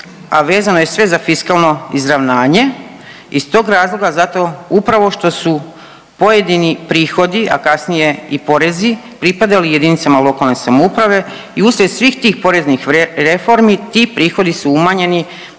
a vezano je sve za fiskalno izravnanje, iz tog razloga zato upravo što su pojedini prihodi, a kasnije i porezi, pripadali jedinicama lokalne samouprave i uslijed svih tih poreznih reformi, ti prihodi su umanjeni